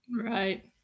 right